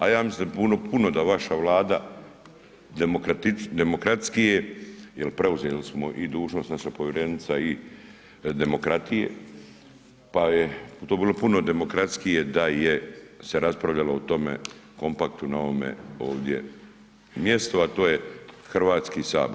A ja mislim puno da vaša Vlada demokratskije, jer preuzeli smo i dužnost, naša povjerenica je i demokratije pa bi to bio puno demokratskije da se je raspravljalo o tome kompaktu na ovome ovdje mjestu a je Hrvatski sabor.